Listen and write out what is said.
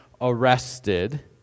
arrested